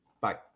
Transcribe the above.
Bye